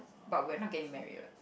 but we are not getting married what